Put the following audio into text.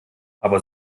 aber